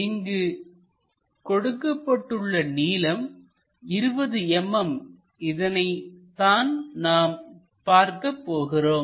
இங்கு கொடுக்கப்பட்டுள்ள நீளம் 20 mm இதனைத்தான் நாம் பார்க்கப் போகிறோம்